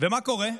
ומה קורה?